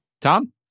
Tom